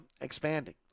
expanding